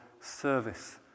service